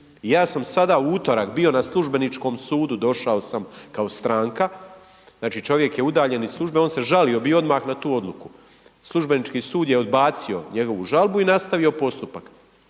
ja sam sada u utorak bio na Službeničkom sudu, došao sam kao stranka, znači čovjek je udaljen iz službe, on se žalio odmah bio na tu odluku. Službenički sud je odbacio njegovu žalbu i nastavio postupak